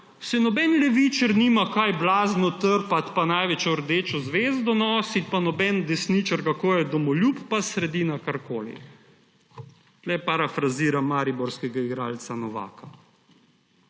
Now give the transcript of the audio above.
se noben levičar nima kaj blazno trkati pa največje rdeče zvezde nositi pa noben desničar nima govoriti, kako je domoljub, pa sredina karkoli. Tu parafraziram mariborskega igralca Novaka.